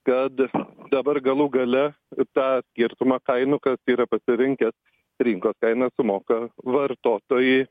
kad dabar galų gale tą skirtumą kainų kad yra pasirinkę rinkos kainą sumoka vartotojai